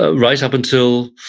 ah right up until